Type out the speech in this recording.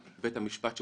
ביום הראשון ללימודים היה